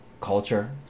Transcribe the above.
culture